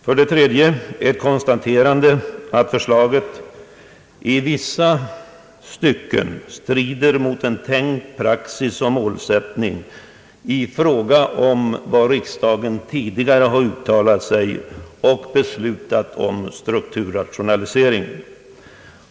För det tredje konstaterar jag att förslaget i vissa stycken strider mot en tänkt praxis och målsättning i fråga om vad riksdagen tidigare har uttalat och beslutat om strukturrationalisering.